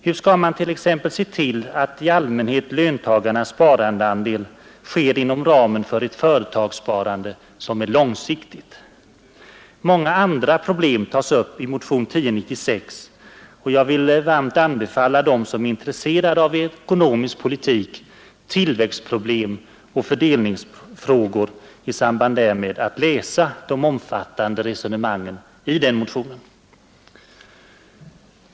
Hur skall man t.ex. se till att i allmänhet löntagarnas sparandeandel ligger inom ramen för ett företagssparande som är långsiktigt? Många andra problem tas upp i motionen 1096, och jag vill varmt anbefalla alla dem som är intresserade av ekonomisk politik, tillväxtproblem och fördelningsfrågor i samband därmed, att läsa de omfattande resonemangen i den motionen.